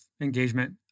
engagement